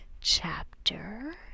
chapter